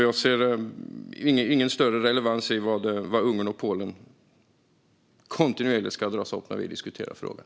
Jag ser ingen större relevans i att Ungern och Polen kontinuerligt ska dras upp när vi diskuterar frågan.